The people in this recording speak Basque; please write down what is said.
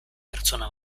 pertsona